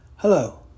Hello